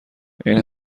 این